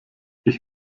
ich